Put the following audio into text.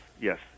yes